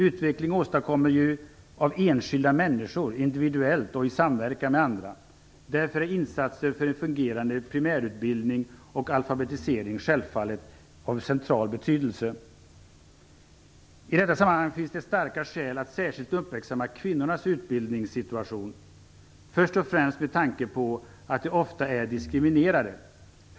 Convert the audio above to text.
Utveckling åstadkommes ju av enskilda människor, individuellt och i samverkan med andra. Därför är insatser för en fungerande primärutbildning och alfabetisering självfallet av central betydelse. I detta sammanhang finns det starka skäl att särskilt uppmärksamma kvinnornas utbildningssituation, först och främst med tanke på att de ofta är diskriminerade.